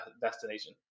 destination